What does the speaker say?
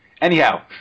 Anyhow